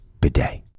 bidet